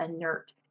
inert